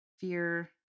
fear